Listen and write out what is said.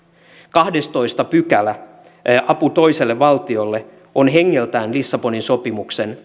kahdestoista pykälä apu toiselle valtiolle on hengeltään lissabonin sopimuksen